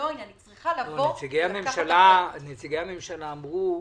נציגי הממשלה אמרו: